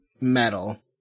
Metal